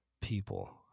people